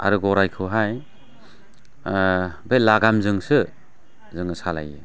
आरो गराइखौहाय बे लागाम जोंसो जों सालायो